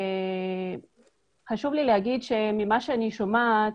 חשוב לי לומר שממה שאני שומעת,